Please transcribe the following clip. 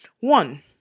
one